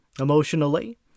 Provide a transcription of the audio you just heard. emotionally